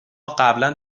قبلا